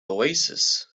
oasis